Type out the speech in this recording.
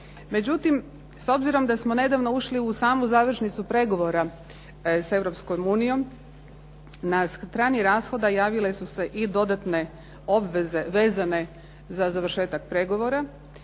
Međutim, s obzirom da smo nedavno ušli u samu završnicu pregovora sa Europskom unijom na strani rashoda javile su se i dodatne obveze vezane za završetak pregovora